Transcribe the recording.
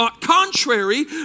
contrary